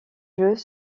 jeux